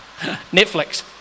Netflix